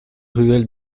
ruelle